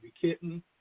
Kitten